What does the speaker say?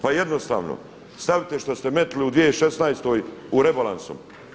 Pa jednostavno stavite što ste metnuli u 2016. u rebalansom.